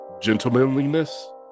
gentlemanliness